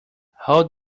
hold